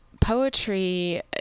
poetry